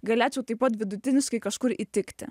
galėčiau taip pat vidutiniškai kažkur įtikti